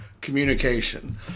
communication